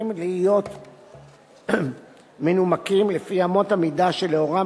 צריכים להיות מנומקים לפי אמות המידה שלאורן